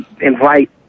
invite